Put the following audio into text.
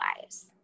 lives